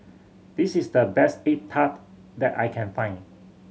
this is the best egg tart that I can find